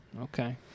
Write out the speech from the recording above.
Okay